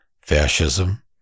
fascism